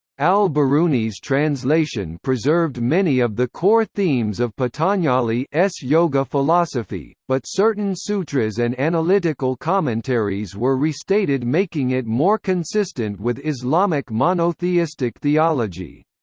al biruni's translation preserved many of the core themes of patanjali s yoga philosophy, but certain sutras and analytical commentaries were restated making it more consistent with islamic monotheistic theology.